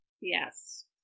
Yes